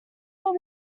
what